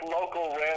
local